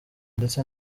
ndetse